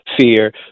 fear